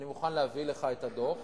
אני מוכן להביא לך את הדוח